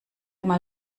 mal